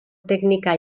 teknika